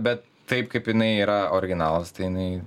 bet taip kaip jinai yra originalas tai jinai